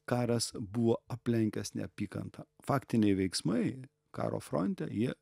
karas buvo aplenkęs neapykantą faktiniai veiksmai karo fronte jie